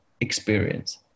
experience